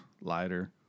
lighter